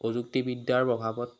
প্ৰযুক্তিবিদ্যাৰ প্ৰভাৱত